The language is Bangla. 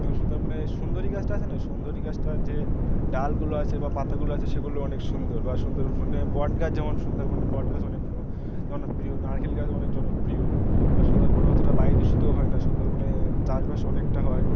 যেমন সুন্দরবনে সুন্দরী গাছটা আছে না সুন্দর গাছটার যে ডালগুলো আছে বা পাতাগুলো আছে সেগুলো অনেক সুন্দর বা সুন্দর মানে বট গাছ যেমন সুন্দরবনে বট গাছ অনেক প্রিয় জন প্রিয় নারকেল গাছ অনেক জনপ্রিয় বা সুন্দরবনে অতটা বায়ু দূষিত হয় না সুন্দরবনে চাষবাস অনেকটা হয়